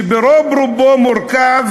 שרוב רובו מורכב